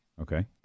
Okay